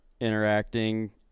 interacting